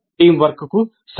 "